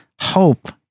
hope